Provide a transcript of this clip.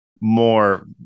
more